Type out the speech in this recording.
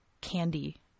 candy